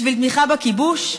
בשביל תמיכה בכיבוש?